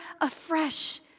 afresh